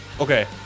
Okay